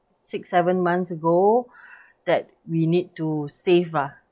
six seven months ago that we need to save ah